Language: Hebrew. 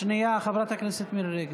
שנייה, חברת הכנסת מירי רגב.